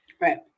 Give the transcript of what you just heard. Right